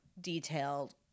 detailed